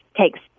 takes